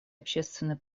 общественный